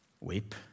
weep